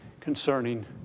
concerning